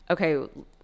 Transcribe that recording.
okay